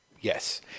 Yes